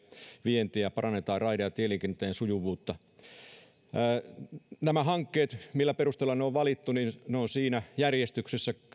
vientiä parannetaan raide ja tieliikenteen sujuvuutta nämä hankkeet se millä perusteella ne on valittu ovat siinä järjestyksessä